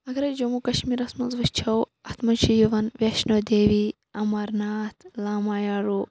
اَگَرے جموں کَشمیٖرَس مَنٛز وٕچھو اتھ مَنٛز چھِ یِوان ویشنو دیوی اَمرناتھ لامایارو